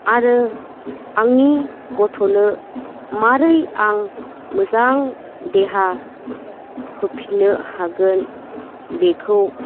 आरो आंनि गथ'नो माबोरै आं मोजां देहा होफिननो हागोन बेखौ